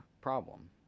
problem